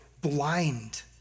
blind